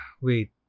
Wait